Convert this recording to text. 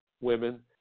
women